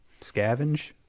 Scavenge